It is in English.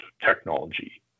technology